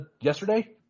yesterday